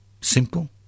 simple